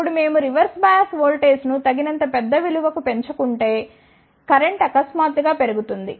ఇప్పుడు మేము reverse bias వోల్టేజ్ను తగినంత పెద్ద విలువకు పెంచుకుంటే కరెంట్ అకస్మాత్తుగా పెరుగుతుంది